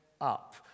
up